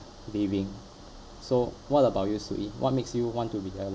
living so what about you soo ee what makes you want to be alive